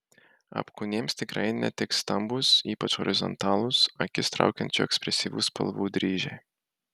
apkūniems tikrai netiks stambūs ypač horizontalūs akis traukiančių ekspresyvių spalvų dryžiai